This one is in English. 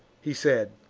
he said.